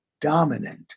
dominant